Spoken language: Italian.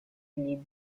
gli